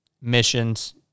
missions